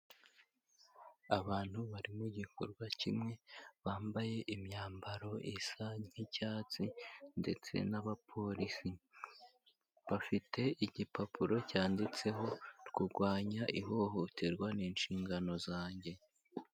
Abantu bari mu gikorwa kimwe, bambaye imyambaro isa nk'icyatsi, ndetse n'abapolisi. Bafite igipapuro cyanditseho " Kurwanya ihohoterwa ni inshingano zanjye".